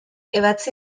ebatzi